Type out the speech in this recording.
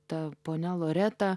ta ponia loreta